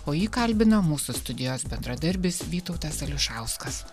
o jį kalbina mūsų studijos bendradarbis vytautas ališauskas